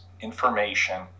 information